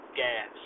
gas